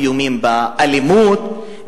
איומים באלימות,